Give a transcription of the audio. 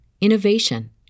innovation